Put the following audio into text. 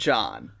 John